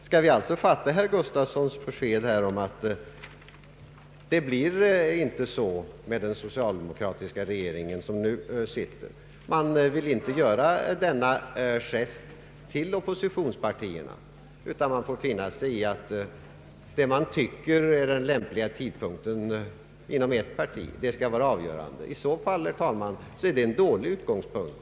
Skall vi alltså fatta herr Gustavssons besked så att den socialdemokratiska regering som nu sitter inte vill det? Man vill inte göra denna gest till oppositionspartierna, utan de får finna sig i att vad man tycker är den lämpliga tidpunkten inom ett parti skall vara det avgörande. I så fall, herr talman, är det en dålig utgångspunkt.